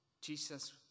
Jesus